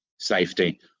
safety